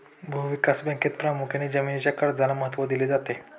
भूविकास बँकेत प्रामुख्याने जमीनीच्या कर्जाला महत्त्व दिले जाते